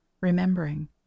remembering